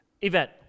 event